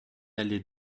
allée